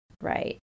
right